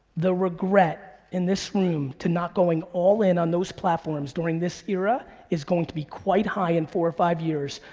the regret in this room to not going all in on those platforms during this era is going to be quite high in four, five years,